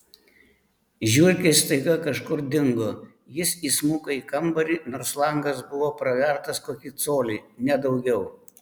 žiurkės staiga kažkur dingo jis įsmuko į kambarį nors langas buvo pravertas kokį colį ne daugiau